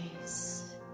face